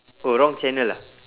oh wrong channel ah